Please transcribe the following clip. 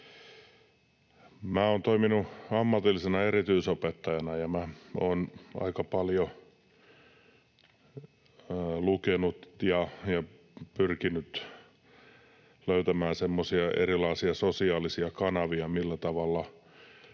Olen toiminut ammatillisena erityisopettajana, ja olen aika paljon lukenut ja pyrkinyt löytämään semmoisia erilaisia sosiaalisia kanavia,